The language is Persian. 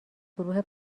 گروه